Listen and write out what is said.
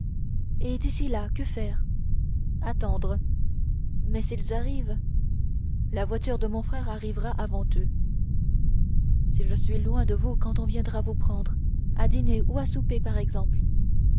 et d'ici là que faire attendre mais s'ils arrivent la voiture de mon frère arrivera avant eux si je suis loin de vous quand on viendra vous prendre à dîner ou à souper par exemple